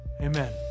Amen